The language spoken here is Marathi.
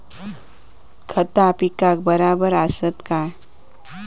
खता पिकाक बराबर आसत काय?